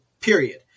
period